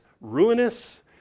ruinous